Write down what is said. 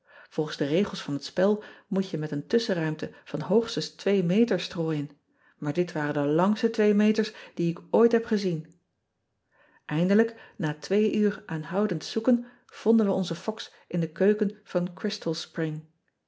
olgens de regels van het spel moot je met een tusschenruimte van hoogstens meter strooien maar dit waren de langste twee meters die ik ooit heb gezien indelijk na twee uur aanhoudend zoeken vonden wij onzen foks in de keuken van rystal pring